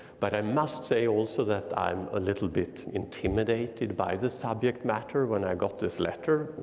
but i must say also that i'm a little bit intimidated by the subject matter, when i got this letter,